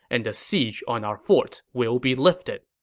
and the siege on our forts will be lifted.